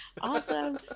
awesome